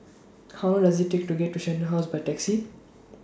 How Long Does IT Take to get to Shenton House By Taxi